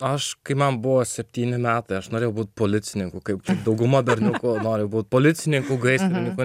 aš kai man buvo septyni metai aš norėjau būti policininku kaip dauguma berniukų nori būt policininku gaisrininku